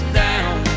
down